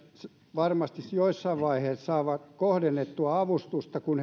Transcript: varmasti jossain vaiheessa saavat kohdennettua avustusta kun